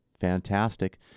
Fantastic